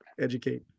educate